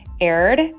aired